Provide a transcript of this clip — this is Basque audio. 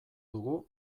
dugu